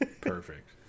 perfect